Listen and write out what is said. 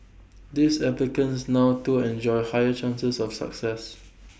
these applicants now to enjoy higher chances of success